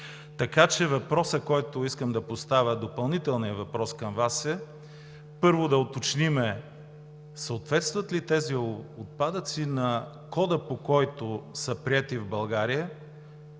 Така че въпросът, който искам да поставя, допълнителният въпрос към Вас е: първо да уточним съответстват ли тези отпадъци на кода, по който са приети в България?